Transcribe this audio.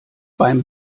beim